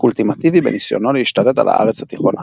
אולטימטיבי בניסיונו להשתלט על הארץ התיכונה.